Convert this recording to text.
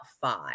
five